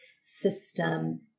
system